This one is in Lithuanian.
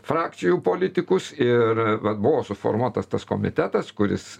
frakcijų politikus ir vat buvo suformuotas tas komitetas kuris